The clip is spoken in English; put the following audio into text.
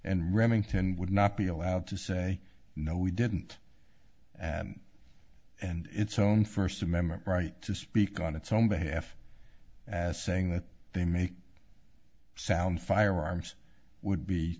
remington would not be allowed to say no we didn't and and it's own first amendment right to speak on its own behalf as saying that they make sound firearms would be